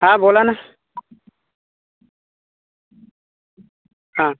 हां बोला ना हां